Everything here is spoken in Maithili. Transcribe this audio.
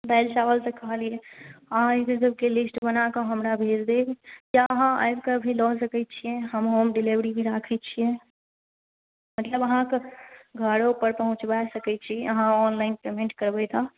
दालि चावल तऽ कहलियै अहाँ एकबेर सभके लिस्ट बनाके हमरा भेज देब या अहाँ आबिकऽ भी लऽ सकयै छी हम होम डीलीवरी भी राखै छियै मतलब अहाँके घरो पर पहुँचबा सकै छी अहाँ ऑनलाइन पेमेंट करबै तऽ